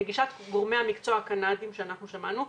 לגישת גורמי המקצוע הקנדים שאנחנו שמענו,